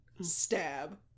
Stab